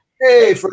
Hey